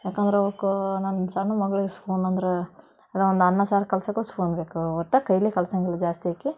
ಯಾಕಂದ್ರೆ ಅವ್ಕೆ ನನ್ನ ಸಣ್ಣ ಮಗ್ಳಿಗೆ ಸ್ಫೂನ್ ಅಂದ್ರೆ ಏನೋ ಒಂದು ಅನ್ನ ಸಾರು ಕಲ್ಸಕ್ಕೂ ಸ್ಫೂನ್ ಬೇಕು ಒಟ್ಟು ಕೈಲಿ ಕಲ್ಸಂಗಿಲ್ಲ ಜಾಸ್ತಿ ಆಕೆ